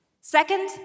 Second